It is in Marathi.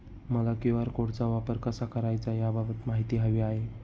मला क्यू.आर कोडचा वापर कसा करायचा याबाबत माहिती हवी आहे